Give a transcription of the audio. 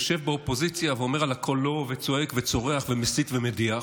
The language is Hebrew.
יושב באופוזיציה ואומר על הכול לא וצועק וצורח ומסית ומדיח,